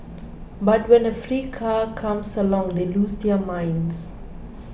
but when a free car comes along they lose their minds